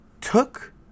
took